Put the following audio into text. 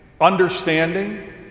understanding